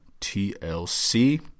TLC